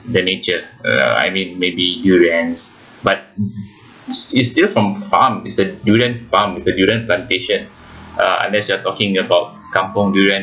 the nature uh I mean maybe durians but it's still from farm is a durian farm is a durian plantation uh unless you are talking about kampung durian